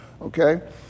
Okay